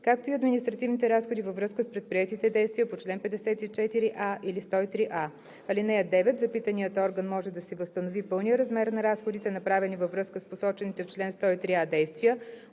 както и административните разходи във връзка с предприетите действия по чл. 54а или 103а. (9) Запитаният орган може да си възстанови пълния размер на разходите, направени във връзка с посочените в чл. 103а действия,